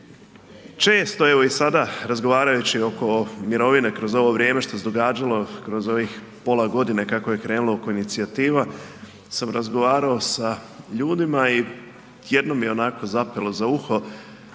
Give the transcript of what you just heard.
Često sada razgovarajući oko mirovine kroz ovo vrijeme što se događalo kroz ovih pola godine kako je krenulo oko inicijativa sam razgovarao sa ljudima i jednom mi je onako zapelo za uho